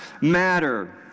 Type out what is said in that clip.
matter